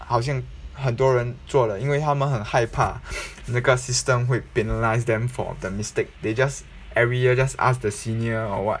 好像很多人做了因为他们很害怕那个 system 会 penalise them for the mistake they just every year just ask the senior or what